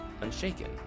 Unshaken